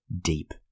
deep